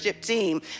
team